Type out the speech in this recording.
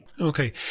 Okay